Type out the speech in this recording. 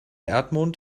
erdmond